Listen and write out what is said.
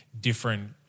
different